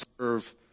serve